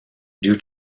due